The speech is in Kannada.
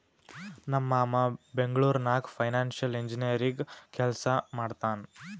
ನಮ್ ಮಾಮಾ ಬೆಂಗ್ಳೂರ್ ನಾಗ್ ಫೈನಾನ್ಸಿಯಲ್ ಇಂಜಿನಿಯರಿಂಗ್ ಕೆಲ್ಸಾ ಮಾಡ್ತಾನ್